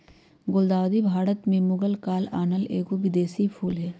गुलदाऊदी भारत में मुगल काल आनल एगो विदेशी फूल हइ